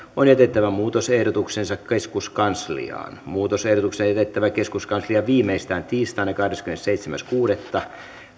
on jätettävä muutosehdotuksensa keskuskansliaan muutosehdotukset on jätettävä keskuskansliaan viimeistään tiistaina kahdeskymmenesseitsemäs kuudetta